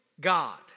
God